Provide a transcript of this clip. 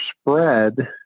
spread